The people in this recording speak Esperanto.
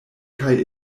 kaj